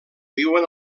viuen